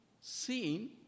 seen